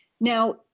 Now